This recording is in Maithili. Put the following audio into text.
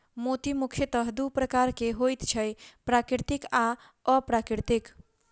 मोती मुखयतः दू प्रकारक होइत छै, प्राकृतिक आ अप्राकृतिक